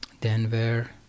Denver